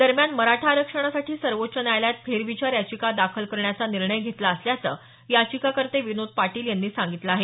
दरम्यान मराठा आरक्षणासाठी सर्वोच्च न्यायालयात फेरविचार याचिका दाखल करण्याचा निर्णय घेतला असल्याचं याचिकाकर्ते विनोद पाटील यांनी सांगितलं आहे